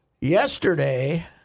Yesterday